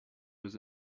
was